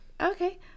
Okay